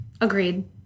Agreed